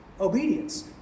obedience